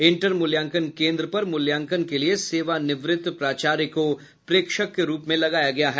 inter मूल्यांकन केंद्र पर मूल्यांकन के लिये सेवानिवृत प्राचार्य को प्रेक्षक के रूप में लगाया गया है